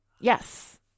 Yes